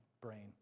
brain